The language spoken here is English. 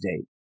date